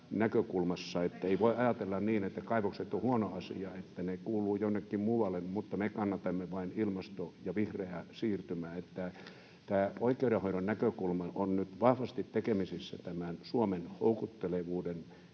ei voi ajatella niin, että kaivokset ovat huono asia, että ne kuuluvat jonnekin muualle mutta me kannatamme vain ilmasto- ja vihreää siirtymää. Tämä oikeudenhoidon näkökulma on nyt vahvasti tekemisissä tämän Suomen houkuttelevuuden